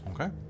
Okay